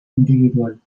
individual